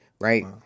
Right